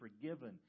forgiven